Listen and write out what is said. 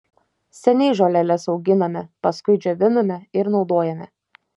seniai žoleles auginame paskui džioviname ir naudojame